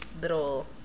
little